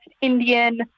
Indian